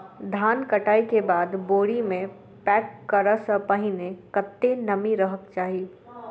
धान कटाई केँ बाद बोरी मे पैक करऽ सँ पहिने कत्ते नमी रहक चाहि?